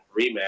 rematch